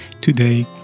today